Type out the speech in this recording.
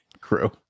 crew